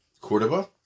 Cordoba